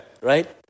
Right